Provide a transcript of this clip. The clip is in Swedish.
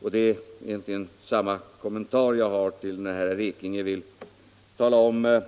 Jag har egentligen samma kommentar när herr Ekinge vill tala om